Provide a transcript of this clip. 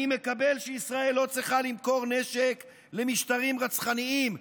אני מקבל את זה שישראל לא צריכה למכור נשק למשטרים רצחניים.